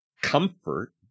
comfort